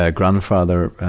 ah grandfather,